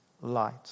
light